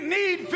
need